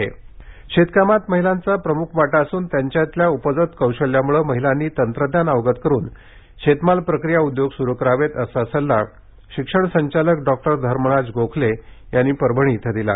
पीक व्यवस्थापन कार्यशाळा शेतकामात महिलांचा प्रमुख वाटा असून त्यांच्यातल्या उपजत कौशल्यामुळे महिलांनी तंत्रज्ञान अवगत करून शेतमाल प्रक्रिया उद्योग सुरू करावेत असा सल्ला शिक्षण संचालक डॉक्टर धर्मराज गोखले यांनी परभणी इथं दिला